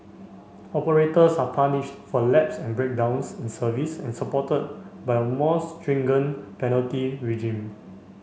operators are punished for lapses and breakdowns in service and supported by a more penalty regime